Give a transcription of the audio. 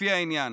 לפי העניין.